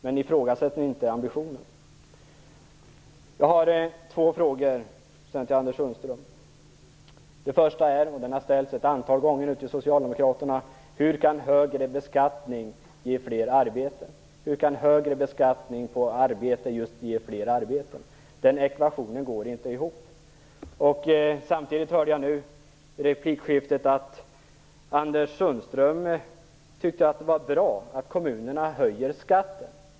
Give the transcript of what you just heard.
Men ifrågasätt inte ambitionen! Jag har några frågor till Anders Sundström. Den första har ställts ett antal gånger till socialdemokraterna. Hur kan högre beskattning ge fler arbeten? Den ekvationen går inte ihop. I det tidigare replikskiftet hörde jag att Anders Sundström tyckte att det var bra att kommunerna höjer skatten.